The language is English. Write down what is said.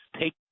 take